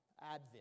Advent